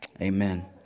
Amen